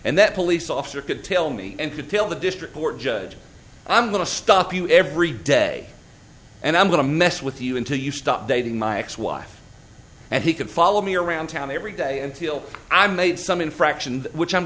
and that police officer could tell me and could feel the district court judge i'm going to stop you every day and i'm going to mess with you until you stop dating my ex wife and he can follow me around town every day until i made some infraction which i'm